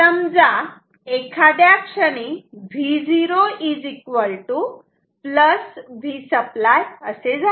समजा एखाद्या क्षणी Vo Vसप्लाय झाले